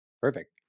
Perfect